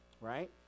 Right